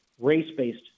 race-based